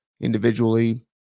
individually